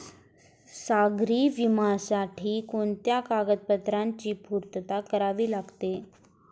सागरी विम्यासाठी कोणत्या कागदपत्रांची पूर्तता करावी लागते?